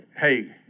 hey